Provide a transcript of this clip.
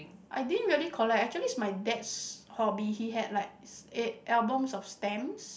I didn't really collect actually it's my dad's hobby he had likes eight albums of stamps